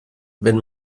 wenn